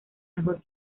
mejor